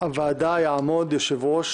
הוועדה יעמוד יושב-ראש